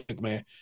man